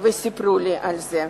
וסיפרו לי על זה.